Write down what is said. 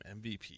MVP